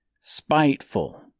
spiteful